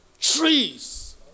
trees